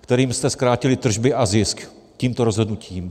kterým jste zkrátili tržby a zisk tímto rozhodnutím.